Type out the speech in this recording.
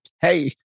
Hey